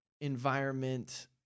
environment